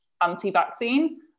anti-vaccine